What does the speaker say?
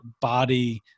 body